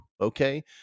okay